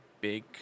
big